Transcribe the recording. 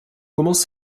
commence